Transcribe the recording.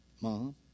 Mom